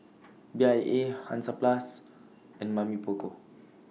Bia Hansaplast and Mamy Poko